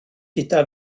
gyda